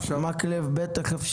חבר הכנסת מקלב, בבקשה.